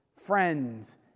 friends